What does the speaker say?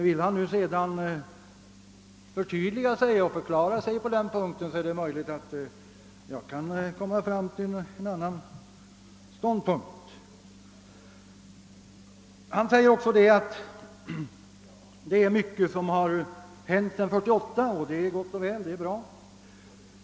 Vill han nu förtydliga sig på den punkten kanske jag kan komma fram till en annan ståndpunkt. Herr Bengtsson i Varberg sade också att mycket har hänt sedan 1948, och det är gott och väl.